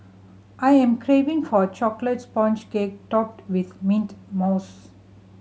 I am craving for a chocolate sponge cake topped with mint mousse